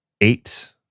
eight